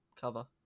cover